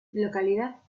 localidad